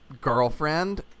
girlfriend